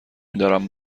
میدارم